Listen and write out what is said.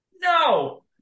No